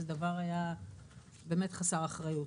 זה היה דבר באמת חסר אחריות.